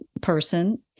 person